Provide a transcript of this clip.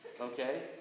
okay